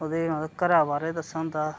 ओह्दे मतलब घरा बारे च दस्से दा होंदा